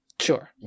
sure